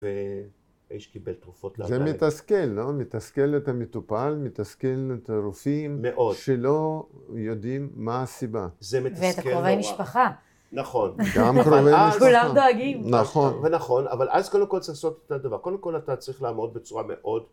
והאיש קיבל תרופות ללילה. זה מתסכל, לא? מתסכל את המטופל, מתסכל את הרופאים. מאוד. שלא יודעים מה הסיבה. זה מתסכל. ואת הקרובי משפחה. נכון. גם קרובי משפחה. כולם דאגים. נכון. ונכון, אבל אז קודם כל צריך לעשות את הדבר. קודם כל אתה צריך לעמוד בצורה מאוד...